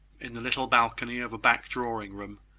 in the little balcony of a back drawing-room,